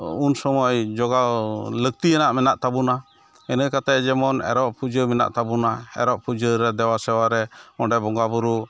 ᱩᱱ ᱥᱚᱢᱚᱭ ᱡᱚᱜᱟᱣ ᱞᱟᱹᱠᱛᱤᱭᱟᱱᱟᱜ ᱢᱮᱱᱟᱜ ᱛᱟᱵᱚᱱᱟ ᱤᱱᱟᱹ ᱠᱟᱛᱮᱫ ᱡᱮᱢᱚᱱ ᱮᱨᱚᱜ ᱯᱩᱡᱟᱹ ᱢᱮᱱᱟᱜ ᱛᱟᱵᱚᱱᱟ ᱮᱨᱚᱜ ᱯᱩᱡᱟᱹᱨᱮ ᱫᱮᱵᱟᱼᱥᱮᱵᱟᱨᱮ ᱚᱸᱰᱮ ᱵᱚᱸᱜᱟᱵᱩᱨᱩ